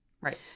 Right